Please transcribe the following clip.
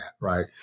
right